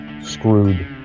screwed